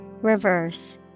Reverse